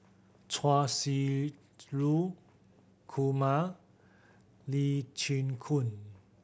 Chia Shi Lu Kumar Lee Chin Koon